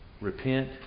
Repent